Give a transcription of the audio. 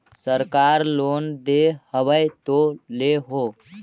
सरकार लोन दे हबै तो ले हो?